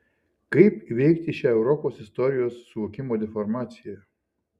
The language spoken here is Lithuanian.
kaip įveikti šią europos istorijos suvokimo deformaciją